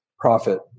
profit